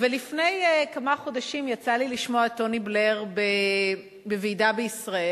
לפני כמה חודשים יצא לי לשמוע את טוני בלייר בוועידה בישראל,